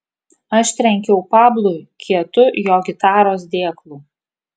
aš trenkiau pablui kietu jo gitaros dėklu